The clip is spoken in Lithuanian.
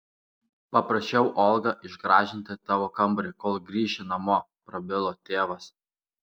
paprašiau olgą išgražinti tavo kambarį kol grįši namo prabilo tėvas